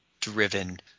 driven